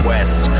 West